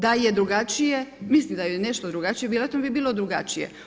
Da je drugačije, mislim da je nešto drugačije vjerojatno bi bilo drugačije.